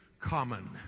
common